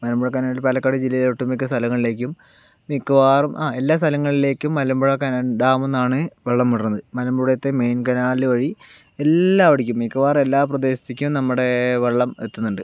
Malampuzha canal Palakkad ജില്ലയിൽ ഒട്ടുമിക്ക സ്ഥലങ്ങളിലേക്കും മിക്കവാറും ആ എല്ലാ സ്ഥലങ്ങളിലേക്കും മലമ്പുഴ ഡാമിൽനിന്നാണ് വെള്ളം വിടണത് മലമ്പുഴയിലത്തെ മെയിൻ കനാല് വഴി എല്ലാ അവിടേയ്ക്കും മിക്കവാറും എല്ലാ പ്രദേശത്തേക്കും നമ്മുടെ വെള്ളം എത്തുന്നുണ്ട്